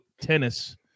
tennis